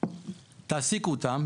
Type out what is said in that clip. תעסיקו אותם,